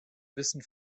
wissen